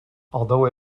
although